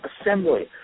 assembly